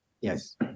Yes